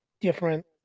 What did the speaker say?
different